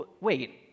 wait